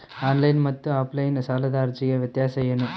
Online ಮತ್ತು offline ಸಾಲದ ಅರ್ಜಿಯ ವ್ಯತ್ಯಾಸ ಏನು?